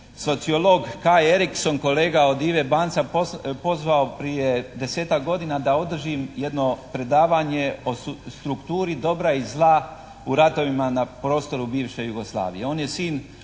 razumije./… Ericson kolega od Ive Banca pozvao prije desetak godina da održim jedno predavanje o strukturi dobra i zla u ratovima na prostoru bivše Jugoslavije. On je sin